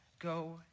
Go